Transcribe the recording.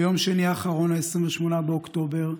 ביום שני האחרון, 28 באוקטובר,